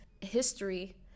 history